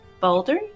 Baldur